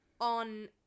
on